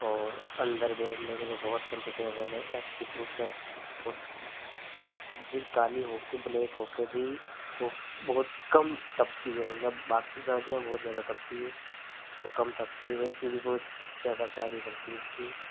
और अंदर बैठने के लिए बहुत कमफिटेबल है ऐसी प्रूफ है और काली हो कर ब्लैक हो कर भी वो बहुत कम तपती है मतलब बाकी गाड़ियाँ बहुत ज़्यादा तपती है वो कम तपती है वैसे भी बहुत ज़्यादा करती है उसकी